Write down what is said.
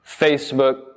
Facebook